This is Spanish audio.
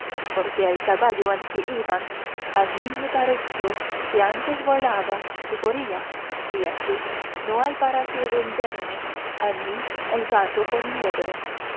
porque el caballo en que iban a mí me pareció que antes volaba que corría y así no hay para qué venderme a mí el gato por liebre